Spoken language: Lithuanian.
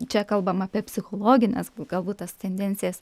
čia kalbam apie psichologines galbūt tas tendencijas